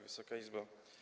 Wysoka Izbo!